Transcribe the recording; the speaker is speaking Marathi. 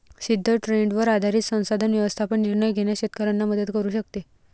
सिद्ध ट्रेंडवर आधारित संसाधन व्यवस्थापन निर्णय घेण्यास शेतकऱ्यांना मदत करू शकते